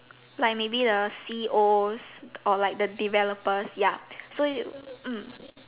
like maybe the C_E_Os or like the developers ya so you mm